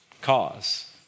Cause